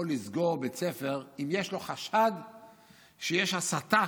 לסגור בית ספר אם יש לו חשד שיש הסתה